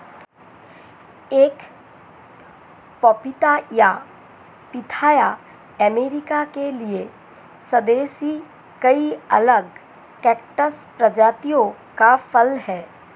एक पपीता या पिथाया अमेरिका के लिए स्वदेशी कई अलग कैक्टस प्रजातियों का फल है